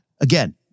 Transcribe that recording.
again